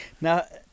now